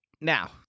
Now